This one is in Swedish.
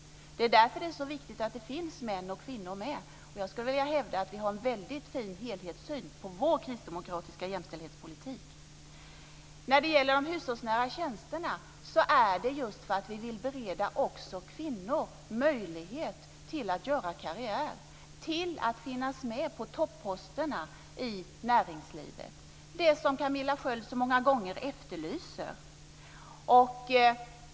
Det är därför det är så viktigt att det finns män och kvinnor med. Jag skulle vilja hävda att vi har en väldigt fin helhetssyn i vår kristdemokratiska jämställdhetspolitik. Med de hushållsnära tjänsterna vill vi just bereda också kvinnor möjlighet till att göra karriär, till att finnas med på topposterna i näringslivet, det som Camilla Sköld Jansson så många gånger efterlyser.